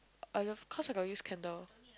uh of course I got use candle